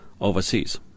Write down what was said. overseas